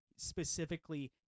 Specifically